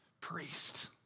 priest